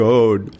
God